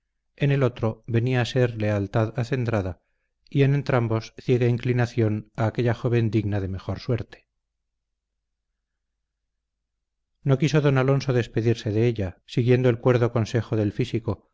en el otro venía a ser lealtad acendrada y en entrambos ciega inclinación a aquella joven digna de mejor suerte no quiso don alonso despedirse de ella siguiendo el cuerdo consejo del físico